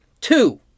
Two